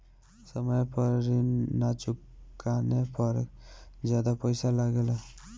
समय पर ऋण ना चुकाने पर ज्यादा पईसा लगेला?